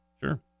Sure